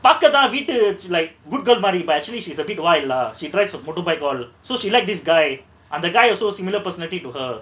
பாக்கதா வீட்டு:paakatha veetu it's like good girl மாரி இருப்பா:mari irupa actually she's a bit wild lah she drives a motorbike all so she like this guy அந்த:antha guy also similar personality to her